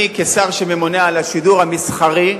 אני, כשר שממונה על השידור המסחרי,